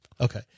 Okay